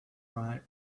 right